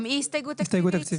גם היא הסתייגות תקציבית?